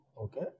Okay